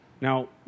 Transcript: Now